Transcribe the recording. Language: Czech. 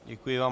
Děkuji vám.